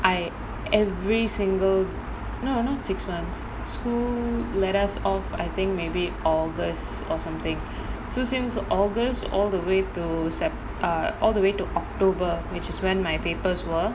I every single no not six months school let us off I think maybe august or something so since august all the way to sep~ err all the way to october which is when my papers were